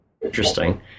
Interesting